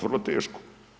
Vrlo teško.